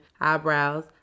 eyebrows